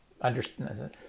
understand